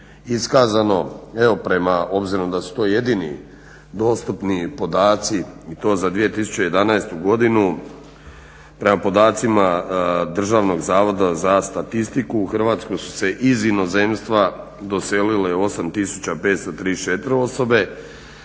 iskazano evo prema obzirom da su to jedini dostupni podaci i to za 2011.godinu, prema podacima Državnog zavoda za statistiku u Hrvatsku su se iz inozemstva doselile 8534 osobe,